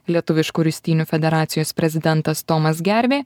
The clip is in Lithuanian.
lietuviškų ristynių federacijos prezidentas tomas gervė